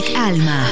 Alma